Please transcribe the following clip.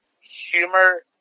humor